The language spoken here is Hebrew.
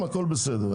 הכול בסדר.